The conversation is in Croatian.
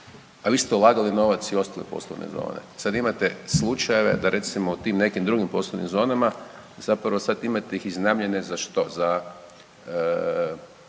a vi ste ulagali novac i u ostale poslovne zone. Sad imate slučajeve da recimo u tim nekim drugim poslovnim zonama zapravo sad imate ih iznajmljene za što, za